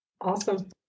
Awesome